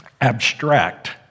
abstract